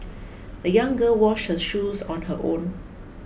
the young girl washed her shoes on her own